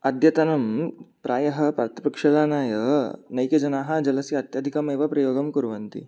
अद्यतनं प्रायः पात्रप्रक्षालनाय नैके जनाः जलस्य अत्यधिकम् एव प्रयोगं कुर्वन्ति